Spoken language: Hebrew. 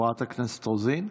חברת הכנסת רוזין,